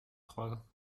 trois